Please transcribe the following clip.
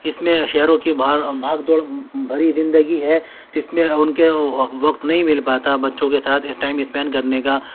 اس میں شہروں کی بھاگ دوڑ بھری زندگی ہے جس میں ان کے وکت نہیں مل پاتا بچوں کے ساتھ ٹائم اسپینڈ کرنے کا